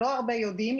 לא הרבה יודעים,